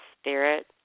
spirit